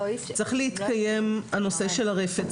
צריך להתקיים הנושא של הרפד,